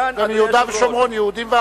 יהודים וערבים.